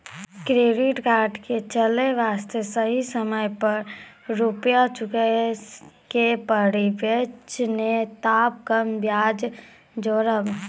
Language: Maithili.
क्रेडिट कार्ड के चले वास्ते सही समय पर रुपिया चुके के पड़ी बेंच ने ताब कम ब्याज जोरब?